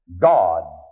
God